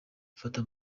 fata